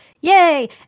Yay